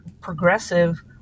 progressive